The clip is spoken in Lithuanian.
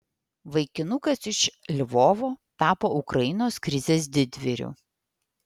vaikinukas iš lvovo tapo ukrainos krizės didvyriu